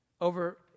over